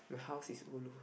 my house is ulu